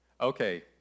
Okay